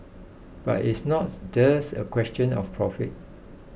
but it's not just a question of profit